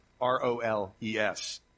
R-O-L-E-S